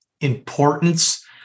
importance